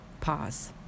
Pause